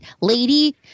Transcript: lady